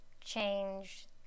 change